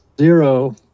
zero